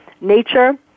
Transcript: Nature